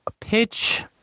pitch